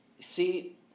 See